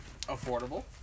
affordable